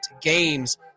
games